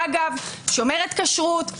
אגב שומרת כשרות,